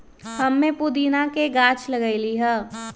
हम्मे पुदीना के गाछ लगईली है